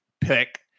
pick